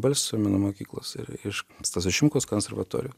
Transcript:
balsio menų mokyklos ir iš stasio šimkaus konservatorijo